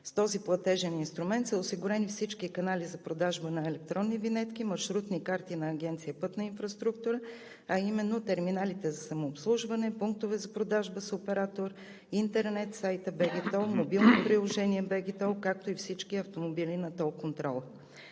С този платежен инструмент са осигурени всички канали за продажба на електронни винетки, маршрутни карти на Агенция „Пътна инфраструктура“, а именно терминалите за самообслужване, пунктове за продажба с оператор, интернет сайтът Бг Тол, мобилното приложение Бг Тол, както и всички автомобили на тол контрола.